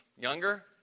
younger